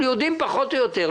אנחנו יודעים פחות או יותר,